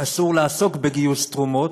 אסור לעסוק בגיוס תרומות,